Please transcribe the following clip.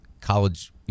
college